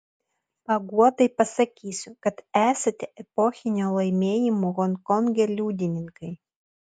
paguodai pasakysiu kad esate epochinio laimėjimo honkonge liudininkai